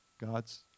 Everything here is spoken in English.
God's